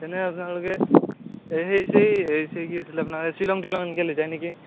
এনে আপনালোকে এই সেই চেই সেই চেই কি আছিল আপোনাৰ শ্বিলং টিলং এনেকৈ লৈ যায় নেকি